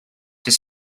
his